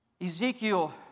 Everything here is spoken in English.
Ezekiel